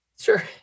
Sure